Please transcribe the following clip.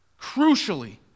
crucially